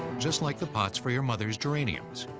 just like the pots for your mother's geraniums,